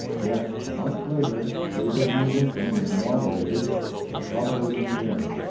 yet, a month later, abraham lincoln was inaugurated and trouble was in the air.